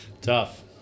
Tough